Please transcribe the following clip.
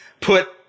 put